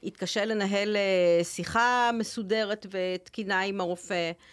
יתקשה לנהל שיחה מסודרת ותקינה עם הרופא.